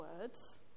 words